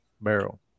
barrel